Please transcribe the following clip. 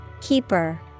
Keeper